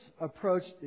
approached